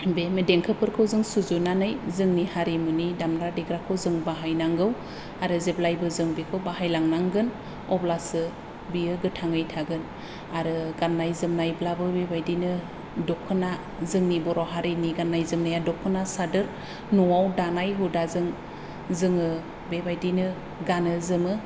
देंखोफोरखौ सुजुनानै जोंनि हारिमुनि दामग्रा देग्राखौ जों बाहायनांगौ आरो जेब्लायबो जों बेखौ बाहायलांनांगोन अब्लासो बेयो गोथाङै थागोन आरो गाननाय जोमननायब्लाबो बिदिनो दख'ना जोंनि बर' हारिनि गाननाय जोमनाया दख'ना सादोर न'आव दानाय हुदा जों जोङो बेबायदिनो गानो जोमो